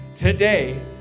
Today